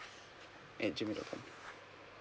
at G mail dot com